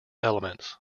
elements